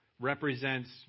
represents